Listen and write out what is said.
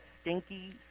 stinky